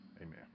Amen